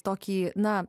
tokį na